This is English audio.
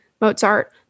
Mozart